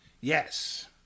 Yes